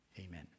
Amen